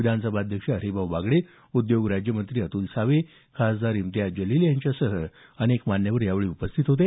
विधानसभाध्यक्ष हरिभाऊ बागडे उद्योग राज्यमंत्री अतुल सावे खासदार इम्तियाज जलील यांच्यासह अनेक मान्यवर यावेळी उपस्थित होते